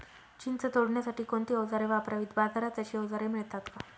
चिंच तोडण्यासाठी कोणती औजारे वापरावीत? बाजारात अशी औजारे मिळतात का?